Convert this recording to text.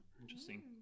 Interesting